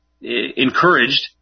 encouraged